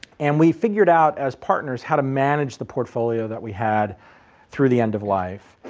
and we figured out as partners how to manage the portfolio that we had through the end of life.